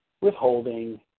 withholding